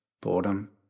boredom